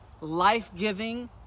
life-giving